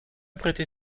prêter